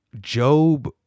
Job